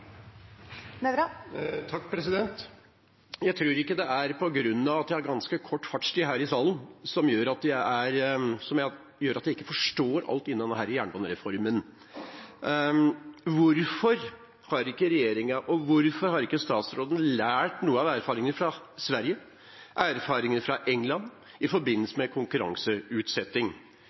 Jeg tror ikke det er min ganske korte fartstid her i salen som gjør at jeg ikke forstår alt i denne jernbanereformen. Hvorfor har ikke regjeringen og statsråden lært noe av erfaringene fra Sverige og England i forbindelse med konkurranseutsetting?